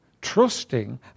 trusting